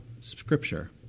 scripture